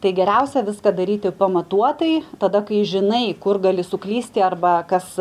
tai geriausia viską daryti pamatuotai tada kai žinai kur gali suklysti arba kas